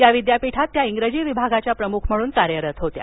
या विद्यापीठात त्या इंग्रजी विभागाच्या प्रमुख म्हणून कार्यरत होत्या